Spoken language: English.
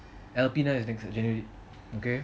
எழுப்பின:elpina is next january